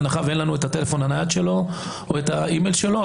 אם אין לנו את הטלפון הנייד שלו או את האימייל שלו,